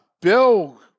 Bill